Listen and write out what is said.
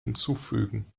hinzufügen